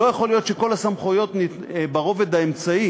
לא יכול להיות שכל הסמכויות הן ברובד האמצעי.